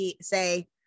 say